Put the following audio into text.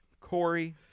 Corey